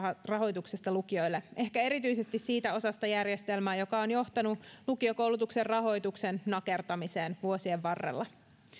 rahoituksesta lukioille ehkä erityisesti siitä osasta järjestelmää joka on johtanut lukiokoulutuksen rahoituksen nakertamiseen vuosien varrella